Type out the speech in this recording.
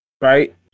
Right